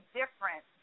different